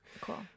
Cool